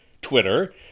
Twitter